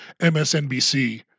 MSNBC